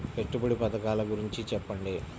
పెట్టుబడి పథకాల గురించి చెప్పండి?